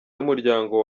n’umuryango